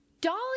dolly